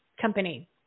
company